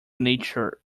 nature